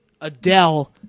Adele